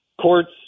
Courts